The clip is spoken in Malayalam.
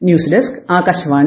news desk Akashvani